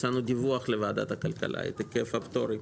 הצענו דיווח לוועדת הכלכלה את היקף הפטורים.